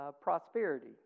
prosperity